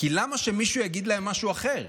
למה שמישהו יגיד להם משהו אחר,